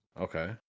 Okay